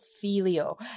Filio